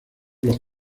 los